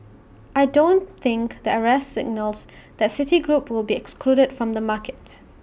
I don't think the arrest signals that city group will be excluded from the markets